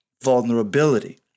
vulnerability